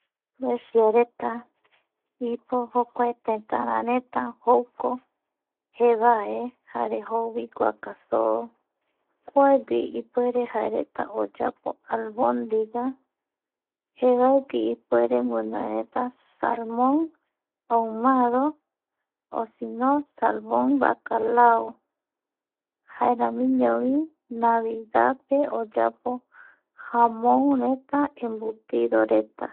Sueciareta iporeta jevae jare jouvi guakasoo kuaegui jaereta ipuere oyapo albondiga jevaegui ipuereta guinoe Salmon ahumado o sino salmon vacalao jaeramiñovi navidad pe oyaporeta jamonreta, embutidoreta